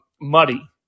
muddy